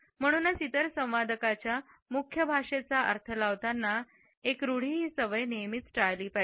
म्हणूनच इतर संवादकांच्या मुख्य भाषेचा अर्थ लावताना एक रूढी ही सवय नेहमीच टाळली पाहिजे